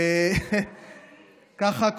וככה,